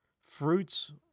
Fruits